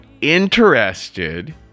interested